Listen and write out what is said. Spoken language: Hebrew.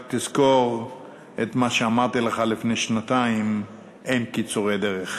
רק תזכור את מה שאמרתי לך לפני שנתיים: אין קיצורי דרך.